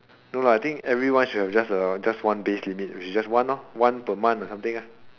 no lah I think everyone should have just a just one base limit which is just one lor one per month or something lah